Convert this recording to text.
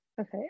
okay